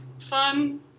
fun-